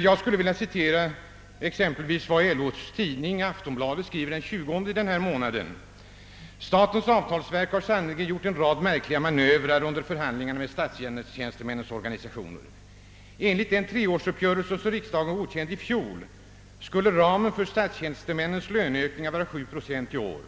Jag skulle vilja citera vad exempelvis LO:s tidning Aftonbladet skrev den 20 denna månad: »Statens avtalsverk har sannerligen gjort en rad märkliga manövrer under förhandlingarna med statstjänstemännens organisationer. Enligt den treårsuppgörelse som riksdagen godkände i fjol skulle ramen för statstjänstemännens löneökningar vara sju procent i år.